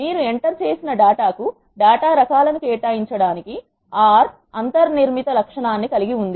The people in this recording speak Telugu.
మీరు ఎంటర్ చేసిన డేటా కు డేటా రకాలను కేటాయించడానికి ఆర్ R అంతర్ నిర్మిత లక్షణాన్ని కలిగి ఉంది